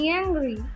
angry